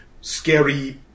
scary